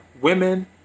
women